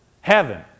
Heaven